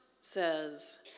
says